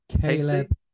Caleb